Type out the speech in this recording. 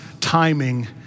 timing